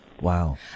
Wow